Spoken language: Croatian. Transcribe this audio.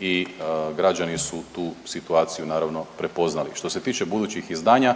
i građani su tu situaciju naravno prepoznali. Što se tiče budućih izdanja